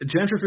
gentrification